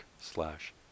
slash